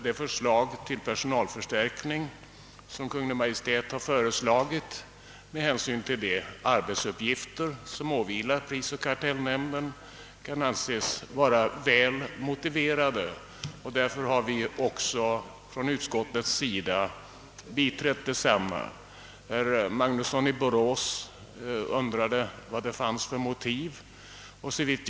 Det förslag till personalförstärkning som Kungl. Maj:t framlagt får enligt utskottets mening, med hänsyn till de arbetsuppgifter som åvilar prisoch kartellnämnden, anses vara väl motiverade, och därför har vi även biträtt förslaget. Herr Magnusson i Borås undrade vilket motiv som fanns för personalförstärkningen.